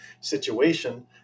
situation